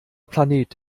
planet